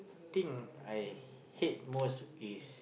think I hate most is